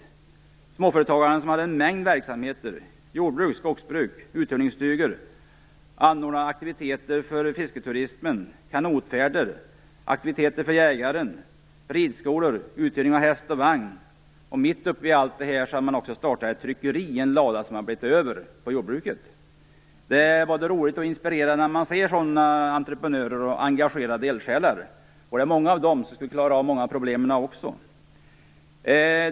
Det var småföretagaren med en mängd verksamheter, t.ex. jordbruk, skogsbruk, uthyrningsstugor, aktiviteter för fisketuristen, kanotfärder, aktiviteter för jägaren, ridskolor, uthyrning av häst och vagn. Mitt uppe i allt detta hade man startat ett tryckeri i en lada som hade blivit över på jordbruket. Det är både roligt och inspirerande när man ser sådana entreprenörer och engagerade eldsjälar. Många av dem skulle klara av många av problemen också.